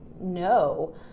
no